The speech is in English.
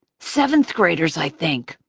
seventh graders, i think.